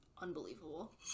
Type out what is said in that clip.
Unbelievable